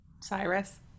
cyrus